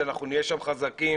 שאנחנו נהיה שם חזקים,